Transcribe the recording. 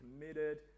committed